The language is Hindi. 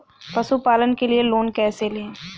पशुपालन के लिए लोन कैसे लें?